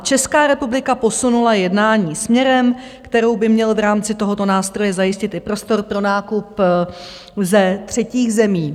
Česká republika posunula jednání směrem, který by měl v rámci tohoto nástroje zajistit i prostor pro nákup z třetích zemí.